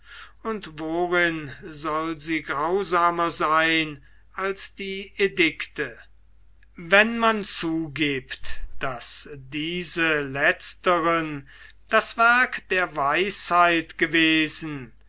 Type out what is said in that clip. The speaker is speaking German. und worin soll sie grausamer sein als die edikte wenn man zugibt daß diese letzteren das werk der weisheit gewesen